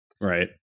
right